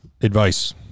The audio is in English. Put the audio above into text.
advice